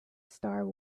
star